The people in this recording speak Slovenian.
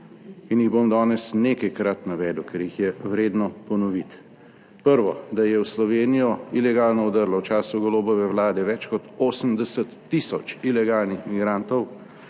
in jih bom danes nekajkrat navedel, ker jih je vredno ponoviti. Prvo. Da je v Slovenijo ilegalno vdrlo v času Golobove vlade več kot 80000 ilegalnih migrantov,